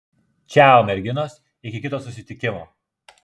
čiau merginos iki kito susitikimo